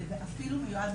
זה אפילו מיועד